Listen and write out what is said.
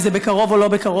אם זה בקרוב או לא בקרוב,